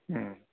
മ്